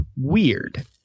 weird